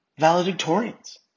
valedictorians